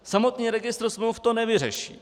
Samotný registr smluv to nevyřeší.